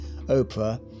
Oprah